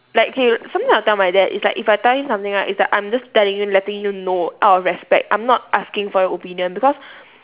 like K something I'll tell my dad is like if I tell him something right is I'm just telling you letting you know out of respect I'm not asking for your opinion because